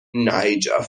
niger